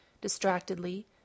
distractedly